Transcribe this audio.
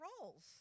roles